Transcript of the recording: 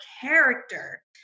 character